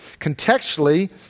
Contextually